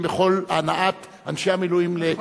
בכל הנעת אנשי המילואים ליחידותיהם.